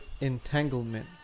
entanglement